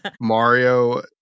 mario